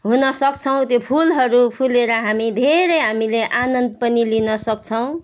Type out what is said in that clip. हुन सक्छौँ त्यो फुलहरू फुलेर हामी धेरै हामीले आनन्द पनि लिन सक्छौँ